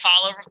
follow